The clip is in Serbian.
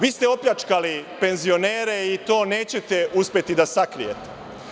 Vi ste opljačkali penzionere i to nećete uspeti da sakrijete.